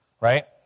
Right